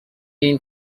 این